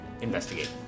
investigate